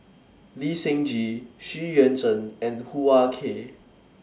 Lee Seng Gee Xu Yuan Zhen and Hoo Ah Kay